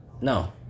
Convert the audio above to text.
no